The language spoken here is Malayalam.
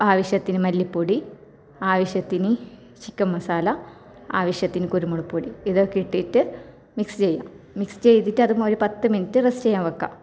ആവശ്യത്തിന് മല്ലിപ്പൊടി ആവശ്യത്തിന് ചിക്കൻ മസാല ആവശ്യത്തിന് കുരുമുളക് പൊടി ഇതൊക്കെ ഇട്ടിട്ട് മിക്സ് ചെയ്യാം മിക്സ് ചെയ്തിട്ട് അതും ഒരു പത്ത് മിനിറ്റ് റെസ്റ്റ് ചെയ്യാൻ വെക്കുക